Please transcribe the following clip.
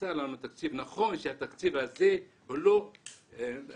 הקצה לנו תקציב, שהתקציב הזה לא פר